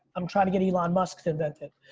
i'm trying to get elon musk to invent it.